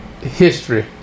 history